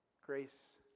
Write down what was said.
grace